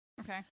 Okay